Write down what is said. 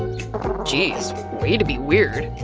geez, way to be weird.